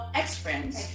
ex-friends